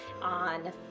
on